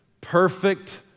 perfect